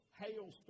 hailstorm